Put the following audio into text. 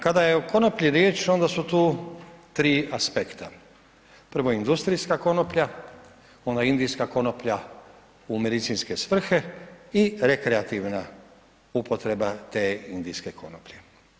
Kada je o konoplji riječ onda su tu 3 aspekta, prvo industrijska konoplja, ona indijska konoplja u medicinske svrhe i rekreativna upotreba te indijske konoplje.